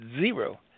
zero